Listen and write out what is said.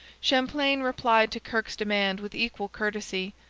champlain replied to kirke's demand with equal courtesy,